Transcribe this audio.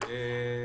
היושב-ראש.